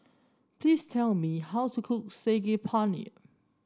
please tell me how to cook Saag Paneer